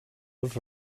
els